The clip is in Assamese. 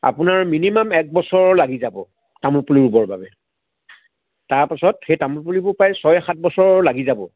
আপোনাৰ মিনিমাম এক বছৰ লাগি যাব তামোল পুলি ৰুবৰ বাবে তাৰপিছত সেই তামোল পুলিবোৰ ছয় সাত বছৰ লাগি যাব